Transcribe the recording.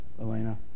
Elena